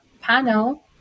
panel